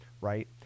right